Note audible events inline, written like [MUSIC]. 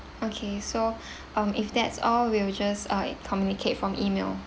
okay so [BREATH] um if that's all we will just uh communicate from E-mail